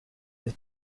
this